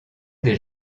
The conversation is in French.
des